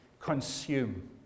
consume